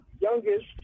youngest